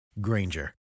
Granger